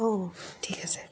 অ' ঠিক আছে